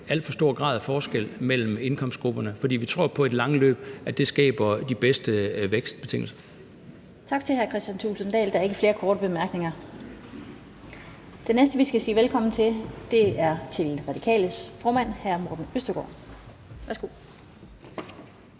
alt for stor grad af forskel mellem indkomstgrupperne, fordi vi tror på, at det i det lange løb skaber de bedste vækstbetingelser. Kl. 13:28 Den fg. formand (Annette Lind): Tak til hr. Kristian Thulesen Dahl. Der er ikke flere korte bemærkninger. Den næste, vi skal sige velkommen til, er Radikales formand, hr. Morten Østergaard. Værsgo.